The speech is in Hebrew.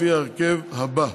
לפי ההרכב הבא.